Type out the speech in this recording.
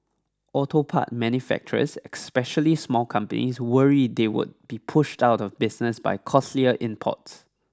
auto part manufacturers especially small companies worry they would be pushed out of business by costlier imports